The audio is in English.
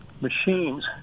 machines